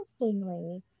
Interestingly